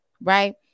Right